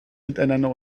miteinander